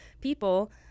people